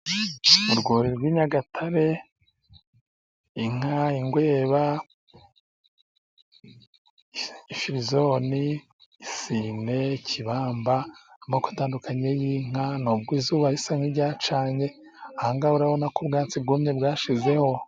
Urwuri rw'i Nyagatare, inka ingweba, firizoni, sine kibamba, amoko atandukanye y'inka, nubwo izuba risa niryacanye, ahangaha urabona ko ubwatsi bwumye bwashizeho.